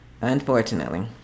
unfortunately